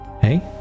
Hey